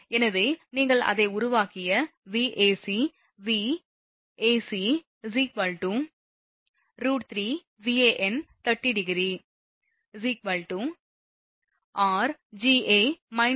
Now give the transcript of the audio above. எனவே நீங்கள் அதை உருவாக்கிய Vac VVac √3Van∠ 30 ° r ln Dr